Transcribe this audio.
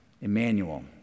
Emmanuel